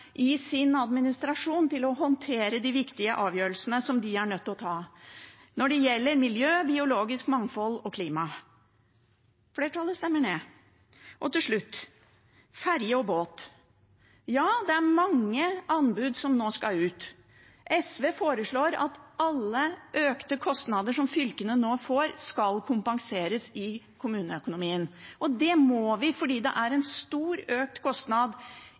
i sin administrasjon til å håndtere de viktige avgjørelsene som de er nødt til å ta når det gjelder miljø, biologisk mangfold og klima. Men flertallet stemmer det ned. Til slutt, når det gjelder ferge og båt: Ja, det er mange anbud som nå skal sendes ut. SV foreslår at alle økte kostnader som fylkene nå får, skal kompenseres i kommuneøkonomien, og det må vi gjøre fordi det er en stor økt kostnad